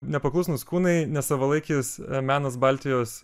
nepaklusnūs kūnai nesavalaikis menas baltijos